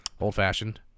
Old-fashioned